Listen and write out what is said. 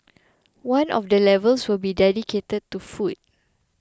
one of the levels will be dedicated to food